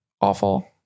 awful